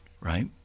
right